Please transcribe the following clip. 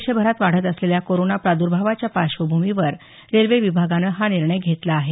देशभरात वाढत असलेल्या कोरोना प्रादर्भावाच्या पार्श्वभूमीवर रेल्वे विभागानं हा निर्णय घेतला आहे